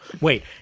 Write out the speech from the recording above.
wait